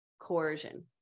coercion